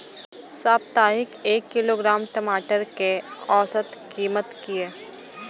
साप्ताहिक एक किलोग्राम टमाटर कै औसत कीमत किए?